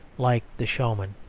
like the showman.